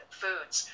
foods